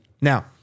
Now